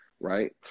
right